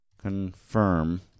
Confirm